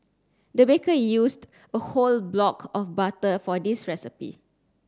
the baker used a whole block of butter for this recipe